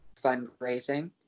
fundraising